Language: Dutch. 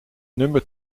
nummer